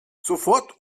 sofort